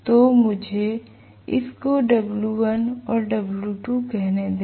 तो मुझे इसको W1 और W2 कहने दे